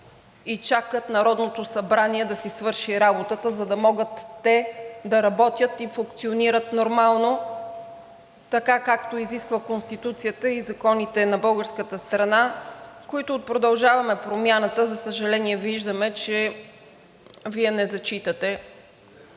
и чакат Народното събрание да си свърши работата, за да могат да работят и функционират нормално, както изисква Конституцията и законите на българската страна, които от „Продължаваме Промяната“, за съжаление, виждаме, че не зачитате